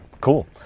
Cool